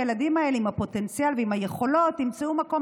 הילדים האלה עם הפוטנציאל ועם היכולות ימצאו מקום